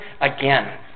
again